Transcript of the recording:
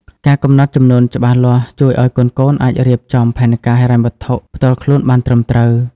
ការកំណត់ចំនួនច្បាស់លាស់ជួយឱ្យកូនៗអាចរៀបចំផែនការហិរញ្ញវត្ថុផ្ទាល់ខ្លួនបានត្រឹមត្រូវ។